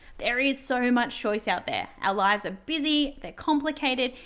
there is so much choice out there. our lives are busy, they're complicated,